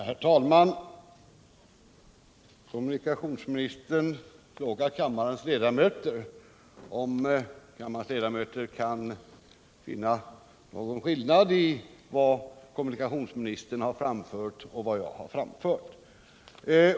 Herr talman! Kommunikationsministern frågar kammarens ledamöter om de kan finna någon skillnad mellan vad kommunikationsministern har anfört och vad jag har sagt.